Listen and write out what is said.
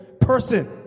person